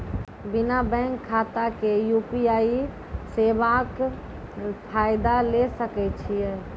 बिना बैंक खाताक यु.पी.आई सेवाक फायदा ले सकै छी?